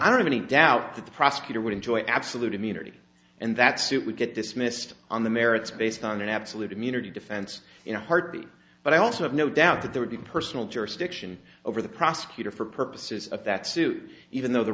i don't have any doubt that the prosecutor would enjoy absolute immunity and that suit would get dismissed on the merits based on an absolute immunity defense in a heartbeat but i also have no doubt that there would be personal jurisdiction over the prosecutor for purposes of that suit even though the